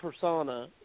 persona